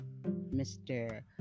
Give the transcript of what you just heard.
Mr